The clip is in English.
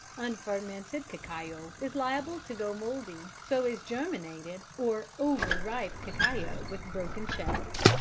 unfermented cacao is liable to go mouldy, so is germinated or over-ripe cacao with broken shells.